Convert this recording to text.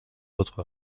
autres